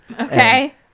okay